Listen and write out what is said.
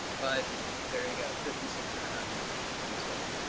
but there you go fifty six and a half years, and so on.